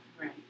Right